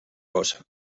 cosa